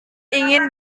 ingin